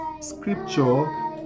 scripture